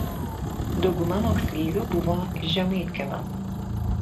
dauguma moksleivių buvo iš žemaitkiemio